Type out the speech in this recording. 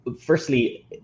firstly